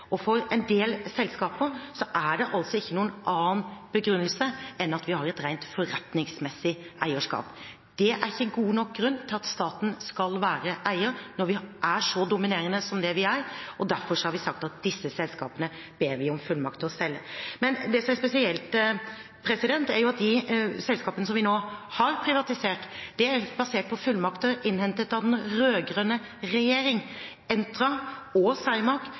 For en del selskaper er det ikke noen annen begrunnelse enn at staten har et rent forretningsmessig eierskap. Det er ikke god nok grunn til at staten skal være eier når vi er så dominerende som det vi er, og derfor har vi sagt at vi ber om fullmakt til å selge disse selskapene. Men det som er spesielt, er at de selskapene vi nå har privatisert, er basert på fullmakter innhentet av den rød-grønne regjeringen. Entra og